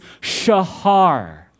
shahar